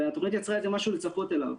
התוכנית יצרה משהו לצפות לו.